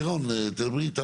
לירון, דברי איתם.